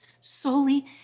solely